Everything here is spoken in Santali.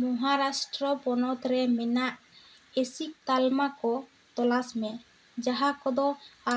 ᱢᱚᱦᱟᱸᱨᱟᱥᱴᱨᱚ ᱯᱚᱱᱚᱛ ᱨᱮ ᱢᱮᱱᱟᱜ ᱮᱥᱤᱠ ᱛᱟᱞᱢᱟ ᱠᱚ ᱛᱚᱞᱟᱥ ᱢᱮ ᱡᱟᱦᱟᱸ ᱠᱚᱫᱚ